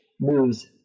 moves